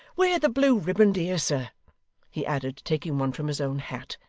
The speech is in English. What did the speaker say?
wear the blue riband. here, sir he added, taking one from his own hat,